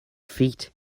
feet